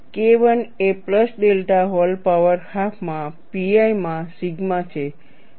KI એ plus delta whole power હાફમાં pi માં સિગ્મા છે